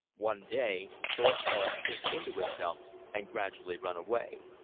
one day thorpe saw it sink into itself and gradually run away.